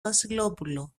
βασιλόπουλο